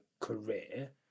career